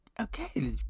okay